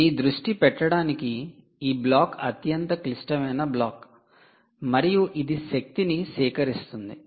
మీ దృష్టి పెట్టడానికి ఈ బ్లాక్ అత్యంత క్లిష్టమైన బ్లాక్ మరియు ఇది శక్తిని సేకరిస్తుంది